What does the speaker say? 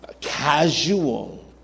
casual